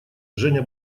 женя